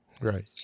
Right